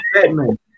Batman